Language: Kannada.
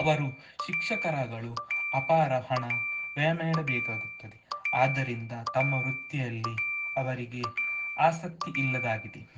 ಅವರು ಶಿಕ್ಷಕರಾಗಲು ಅಪಾರ ಹಣ ವ್ಯಯಮಾಡಬೇಕಾಗುತ್ತದೆ ಆದ್ದರಿಂದ ತಮ್ಮ ವೃತ್ತಿಯಲ್ಲಿ ಅವರಿಗೆ ಆಸಕ್ತಿ ಇಲ್ಲದಾಗಿದೆ